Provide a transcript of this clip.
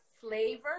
flavor